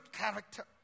character